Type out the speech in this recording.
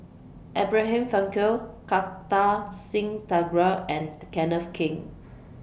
Abraham Frankel Kartar Singh Thakral and Kenneth Keng